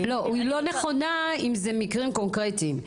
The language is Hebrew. היא לא נכונה אם זה מקרים קונקרטיים.